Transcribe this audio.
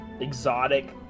exotic